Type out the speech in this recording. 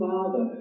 Father